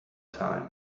time